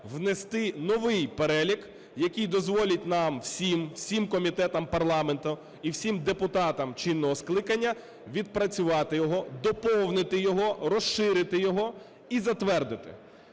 внести новий перелік, який дозволить нам всім, всім комітетам парламенту і всім депутатам чинного скликання відпрацювати його, доповнити його, розширити його і затвердити,